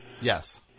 Yes